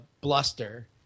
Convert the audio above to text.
bluster